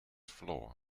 floor